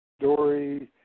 Dory